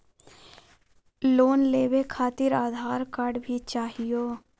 Loan लेवे खातिरआधार card भी चाहियो?